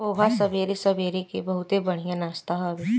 पोहा सबेरे सबेरे कअ बहुते बढ़िया नाश्ता हवे